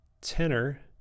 tenor